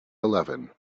eleven